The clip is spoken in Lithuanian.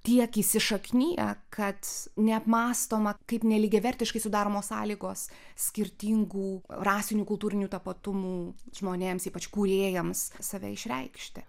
tiek įsišakniję kad neapmąstoma kaip nelygiavertiškai sudaromos sąlygos skirtingų rasinių kultūrinių tapatumų žmonėms ypač kūrėjams save išreikšti